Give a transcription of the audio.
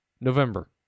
November